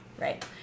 Right